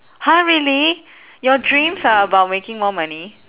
!huh! really your dreams are about making more money